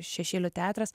šešėlių teatras